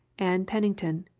ann pennington,